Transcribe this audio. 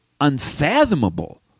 unfathomable